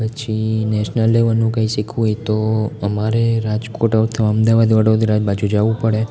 પછી નેશનલ લેવલનું કંઈ શીખવું હોય તો અમારે રાજકોટ અથવા અમદાવાદ વડોદરા બાજુ જવું પડે